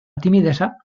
timidesa